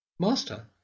Master